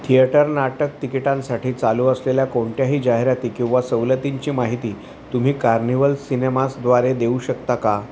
theatre नाटक तिकिटांसाठी चालू असलेल्या कोणत्याही जाहिराती किंवा सवलतींची माहिती तुम्ही कार्निवल सिनेमासद्वारे देऊ शकता का